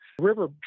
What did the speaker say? river